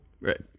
Right